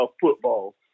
football